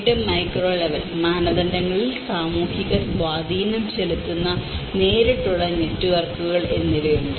വീണ്ടും micro level മാനദണ്ഡങ്ങളിൽ സാമൂഹിക സ്വാധീനം ചെലുത്തുന്ന നേരിട്ടുള്ള നെറ്റ്വർക്കുകൾ എന്നിവയുണ്ട്